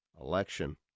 election